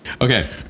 Okay